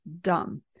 dumb